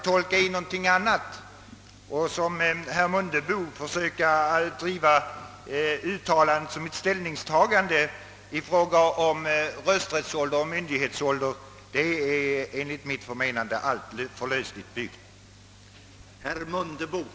Det försök som herr Mundebo gjorde att tolka uttalandet som ett ställningstagande i frågan om rösträttsålder och myndighetsålder är enligt mitt förmenande alltför lösligt underbyggt.